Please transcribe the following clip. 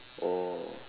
oh